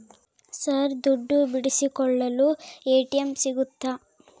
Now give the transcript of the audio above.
Sir ದುಡ್ಡು ಬಿಡಿಸಿಕೊಳ್ಳಲು ATM ಸಿಗುತ್ತಾ?